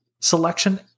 selection